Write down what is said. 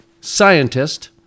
scientist